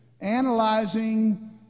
analyzing